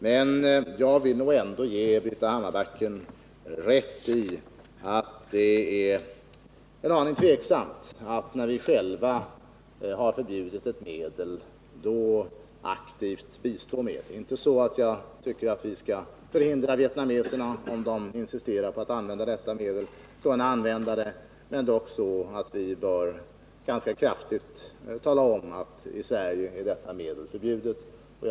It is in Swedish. Men jag vill ändå ge Britta Hammarbacken rätt i att det är en aning tveksamt att aktivt bistå med ett medel som vi själva har förbjudit — inte så att jag tycker att vi skall vägra vietnameserna att använda detta medel om de insisterar på det, men så att vi 56 ganska kraftfullt bör framhålla att detta medel är förbjudet i Sverige.